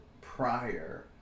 prior